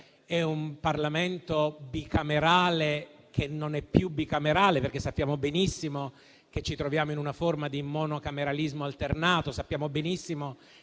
È un Parlamento bicamerale che non è più bicamerale, perché sappiamo benissimo che ci troviamo in una forma di monocameralismo alternato e che anche